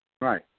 Right